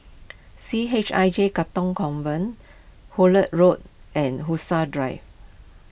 C H I J Katong Convent Hullet Road and Drive